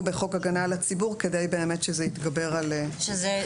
בחוק הגנה על הציבור כדי שזה יתגבר על חסיונות.